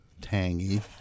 tangy